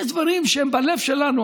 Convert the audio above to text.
יש דברים שהם בלב שלנו,